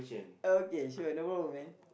okay sure no problem man